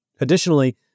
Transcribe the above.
Additionally